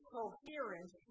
coherence